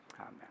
Amen